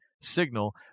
signal